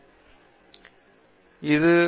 எனவே நான் இங்கு இரண்டு உதாரணங்களைக் காட்டுகிறேன்